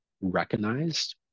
recognized